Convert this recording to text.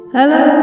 Hello